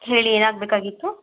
ಹೇಳಿ ಏನಾಗಬೇಕಾಗಿತ್ತು